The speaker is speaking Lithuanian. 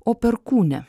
o perkūne